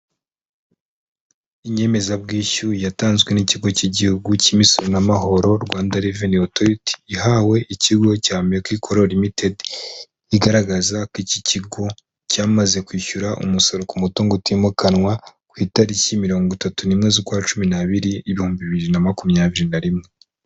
Inyemezabwishyu yatanzwe n'ikigo cy'Igihugu cy'imisoro n'amahoro Rwanda Revenue Authority ihawe ikigo cya Ameki color ltd, igaragaza ko iki kigo cyamaze kwishyura umusoro ku mutungo utimukanwa ku itariki mirongo itatu n'imwe z'ukwa cumi n'abiri, ibihumbi bibiri na makumyabiri na rimwe.